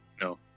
No